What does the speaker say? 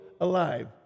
alive